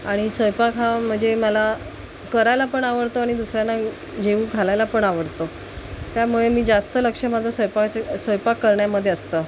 आणि स्वयंपाक हा म्हणजे मला करायला पण आवडतो आणि दुसऱ्यांना जेवू घालायला पण आवडतो त्यामुळे मी जास्त लक्ष माझं स्वयंपाकाचे स्वयंपाक करण्यामध्ये असतं